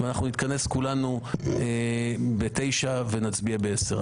נתכנס כולנו ב-9:00 ונצביע ב-10:00.